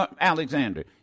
Alexander